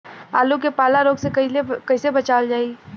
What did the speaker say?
आलू के पाला रोग से कईसे बचावल जाई?